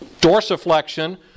dorsiflexion